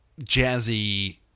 jazzy